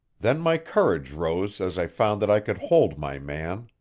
then my courage rose as i found that i could hold my man.